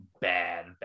bad